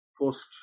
post